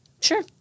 Sure